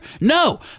No